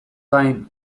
gain